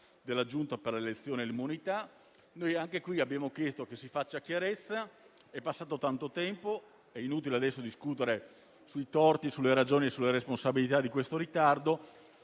della Giunta delle elezioni e delle immunità parlamentari. Anche in questo caso abbiamo chiesto che si faccia chiarezza; è passato tanto tempo ed è inutile adesso discutere sui torti, sulle ragioni e sulle responsabilità di questo ritardo.